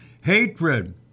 hatred